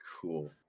Cool